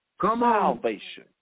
salvation